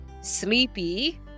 sleepy